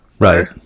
Right